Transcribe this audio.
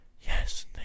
yes